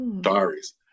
diaries